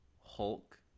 Hulk